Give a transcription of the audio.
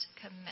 commit